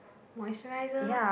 moisturiser